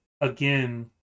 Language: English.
again